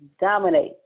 dominate